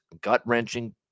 gut-wrenching